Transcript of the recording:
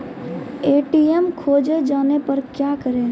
ATM खोजे जाने पर क्या करें?